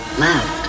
left